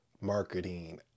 marketing